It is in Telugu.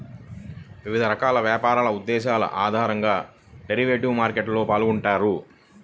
వివిధ రకాల వ్యాపార ఉద్దేశాల ఆధారంగా డెరివేటివ్ మార్కెట్లో పాల్గొంటారు